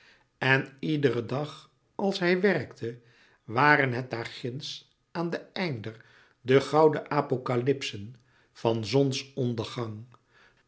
en iederen dag als hij werkte waren het louis couperus metamorfoze daarginds aan den einder de gouden apocalypsen van zonsondergang